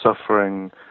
suffering